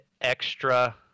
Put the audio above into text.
extra